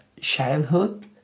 childhood